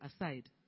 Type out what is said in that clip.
aside